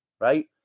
right